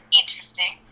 interesting